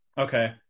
Okay